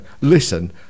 listen